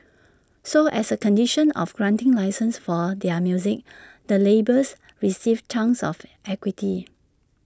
so as A condition of granting licences for their music the labels received chunks of equity